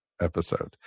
Episode